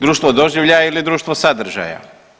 Društvo doživljaja ili društvo sadržaja?